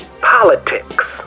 Politics